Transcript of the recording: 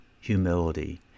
humility